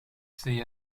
sehe